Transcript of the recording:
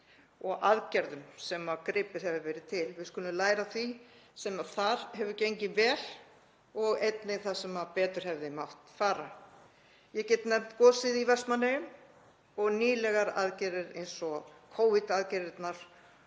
og aðgerðum sem gripið hefur verið til. Við skulum læra af því sem þar hefur gengið vel og einnig af því sem betur hefði mátt fara. Ég get nefnt gosið í Vestmannaeyjum og nýlegar aðgerðir eins og Covid-aðgerðirnar